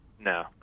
No